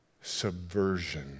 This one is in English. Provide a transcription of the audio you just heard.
subversion